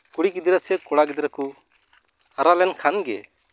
ᱠᱩᱲᱤ ᱜᱤᱫᱽᱨᱟᱹ ᱥᱮ ᱠᱚᱲᱟ ᱜᱤᱫᱽᱨᱟᱹ ᱠᱚ ᱦᱟᱨᱟ ᱞᱮᱱᱠᱷᱟᱱ ᱜᱮ